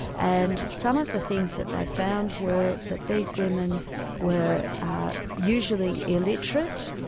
and some of the things that they found were that these women were usually illiterate,